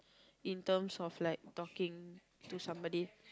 in terms of like talking to somebody